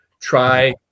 Try